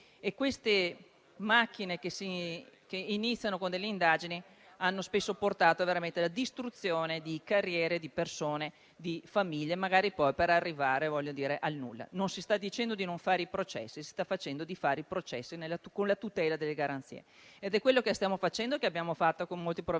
Queste macchine che iniziano con delle indagini hanno spesso portato alla distruzione di carriere, di persone e famiglie, magari poi per arrivare al nulla. Non si sta dicendo di non fare i processi: si sta dicendo di fare i processi con la tutela delle garanzie. È quello che stiamo facendo e che abbiamo fatto con molti provvedimenti